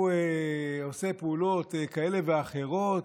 הוא עושה פעולות כאלה ואחרות,